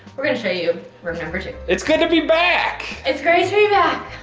we're gonna show you room number two. it's good to be back. it's great to be back,